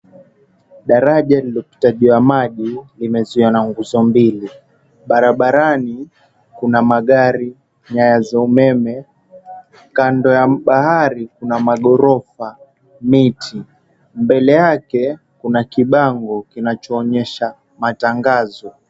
Daraja lililopita juu ya maji, limezuiwa na nguzo mbili. Barabarani kuna magari, nyaya za umeme, kando ya bahari kuna magorofa, miti. Mbele yake kuna kibango kinachoonyesha matangazo.